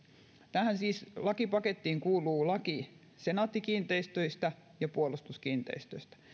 tähän lakipakettiin kuuluu siis laki senaatti kiinteistöistä ja puolustuskiinteistöistä